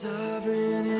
Sovereign